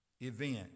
event